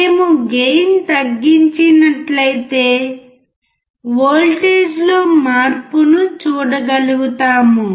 మేము గెయిన్ తగ్గించినట్లయితే వోల్టేజ్లో మార్పును చూడగలుగుతాము